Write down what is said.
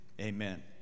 Amen